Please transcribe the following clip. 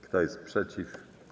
Kto jest przeciw?